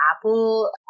Apple